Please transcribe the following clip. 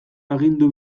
agindu